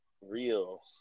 real